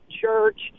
church